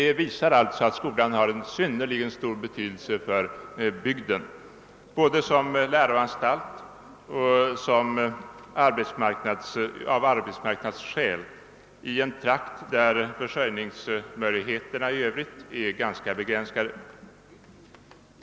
Det visar att skolan har en synnerligen stor betydelse för bygden, både som läroanstalt och av arbetsmarknadsskäl i en trakt där försörjningsmöjligheterna i övrigt är ganska begränsade.